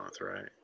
right